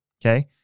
Okay